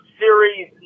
series